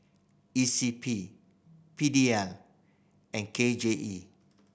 E C P P D L and K J E